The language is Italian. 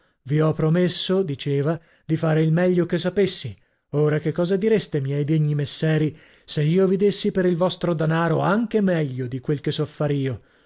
vi ho promesso diceva di fare il meglio che sapessi ora che cosa direste miei degni messeri se io vi dessi per il vostro danaro anche meglio di quello che so far io